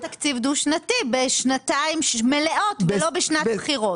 זה היה תקציב דו שנתי לשנתיים מלאות ולא בשנת בחירות.